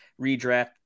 redraft